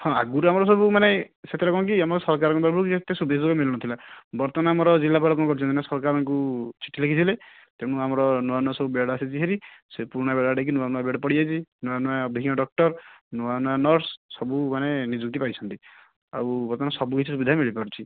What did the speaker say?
ହଁ ଆଗୁରୁ ଆମର ସବୁ ମାନେ ସେଥିରେ କ'ଣ କି ଆମର ସରକାରଙ୍କ ପାଖରୁ ସୁବିଧା ସୁଯୋଗ ମିଳୁନଥିଲା ବର୍ତ୍ତମାନ ଆମର ଜିଲ୍ଲାପାଳ କ'ଣ କରିଛନ୍ତି ନା ସରକାରଙ୍କୁ ଚିଠି ଲେଖିଥିଲେ ତେଣୁ ଆମର ନୂଆ ନୂଆ ସବୁ ବେଡ଼ ଆସିଛି ହେରି ସେ ପୁରୁଣା ବେଡ଼ ଉଠାଇକି ନୂଆ ନୂଆ ବେଡ଼ ପଡ଼ିଯାଇଛି ନୂଆନୂଆ ଅଭିଜ୍ଞ ଡକ୍ଟର ନୂଆ ନୂଆ ନର୍ସ ସବୁ ମାନେ ନିଯୁକ୍ତି ପାଇଛନ୍ତି ଆଉ ବର୍ତ୍ତମାନ ସବୁକିଛି ସୁବିଧା ମିଳିପାରୁଛି